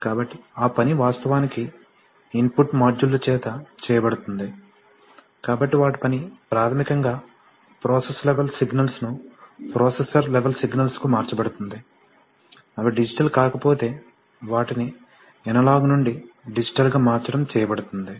కాబట్టి ఆ పని వాస్తవానికి ఇన్పుట్ మాడ్యూళ్ళ చేత చేయబడుతుంది కాబట్టి వాటి పని ప్రాథమికంగా ప్రోసెస్ లెవల్ సిగ్నల్స్ ను ప్రోసెసర్ లెవల్ సిగ్నల్స్ కు మార్చబడుతుంది అవి డిజిటల్ కాకపోతే వాటిని అనలాగ్ నుండి డిజిటల్ గా మార్చడం చేయబడుతుంది